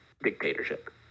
dictatorship